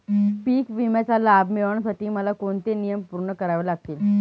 पीक विम्याचा लाभ मिळण्यासाठी मला कोणते नियम पूर्ण करावे लागतील?